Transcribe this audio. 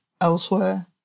elsewhere